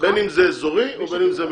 בין אם זה אזורי, ובין אם זה מקומי.